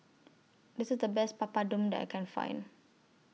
This IS The Best Papadum that I Can Find